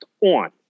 On